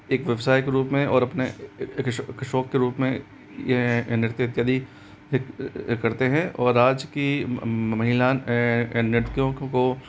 एक व्यवसाय के रूप में और अपने शौक़ के रूप में यह नृत्य इत्यादि करते हैं और आज की महिला नर्तकियों को